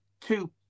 two